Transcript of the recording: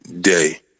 day